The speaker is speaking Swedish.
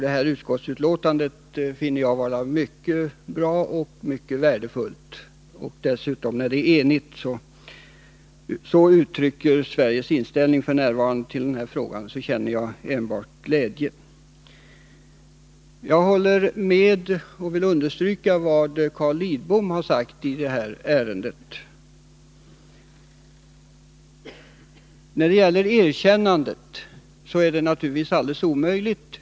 Det här utskottsbetänkandet finner jag mycket bra och mycket värdefullt. När det dessutom råder enighet om Sveriges inställning f.n. till frågan känner jag enbart glädje. Jag håller med Carl Lidbom och vill understryka vad han har sagt i det här ärendet. Det är naturligtvis omöjligt att erkänna PLO.